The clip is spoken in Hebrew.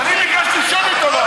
אנחנו מצביעים על הצעת החוק של דב חנין,